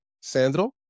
Sandro